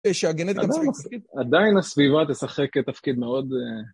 עדיין הסביבה תשחק תפקיד מאוד